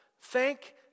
Thank